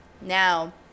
Now